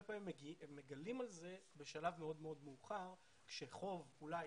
פעמים הם מגלים על זה בשלב מאוד מאוד מאוחר כשחוב אחד אולי